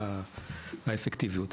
האפקטיביות,